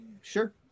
Sure